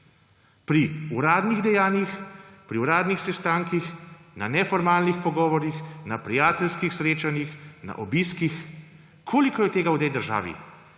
Pri uradnih dejanjih, pri uradnih sestankih, na neformalnih pogovorih, na prijateljskih srečanjih, na obiskih? Koliko je tega v tej državi?